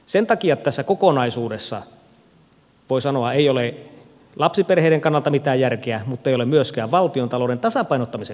sen takia tässä kokonaisuudessa voi sanoa ei ole lapsiperheiden kannalta mitään järkeä muttei ole myöskään valtiontalouden tasapainottamisen kannalta järkeä